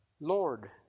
Lord